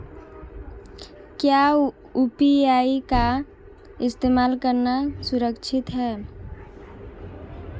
क्या यू.पी.आई का इस्तेमाल करना सुरक्षित है?